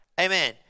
Amen